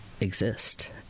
exist